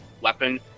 weapon